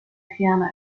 piano